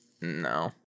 no